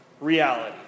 reality